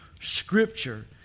Scripture